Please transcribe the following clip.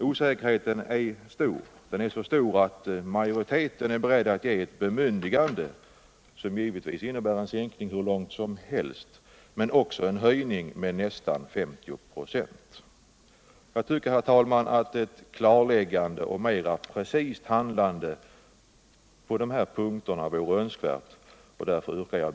Osäkerheten är stor. Den är så stor att majoriteten är beredd att ge regeringen ett bemyndigande, som givetvis kan innebära en sänkning hur långt som helst, men också en höjning med nästan 50 ".. Jag tycker, herr talman. att ett klarläggande och ett mera precist handlande på dessa punkter vore önskvärt.